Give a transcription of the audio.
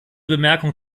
bemerkung